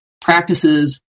practices